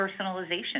personalization